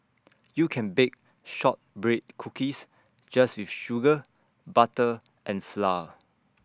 you can bake Shortbread Cookies just with sugar butter and flour